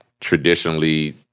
traditionally